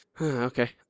okay